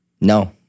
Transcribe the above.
No